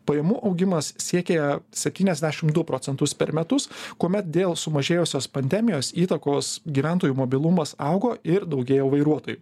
pajamų augimas siekė septyniasdešim du procentus per metus kuomet dėl sumažėjusios pandemijos įtakos gyventojų mobilumas augo ir daugėjo vairuotojų